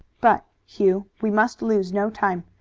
but, hugh, we must lose no time.